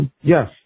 Yes